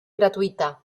gratuita